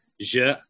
Je